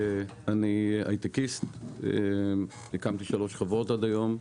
אני הייטקיסט, הקמתי שלוש חברות עד היום.